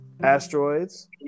Asteroids